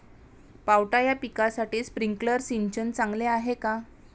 पावटा या पिकासाठी स्प्रिंकलर सिंचन चांगले आहे का?